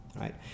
right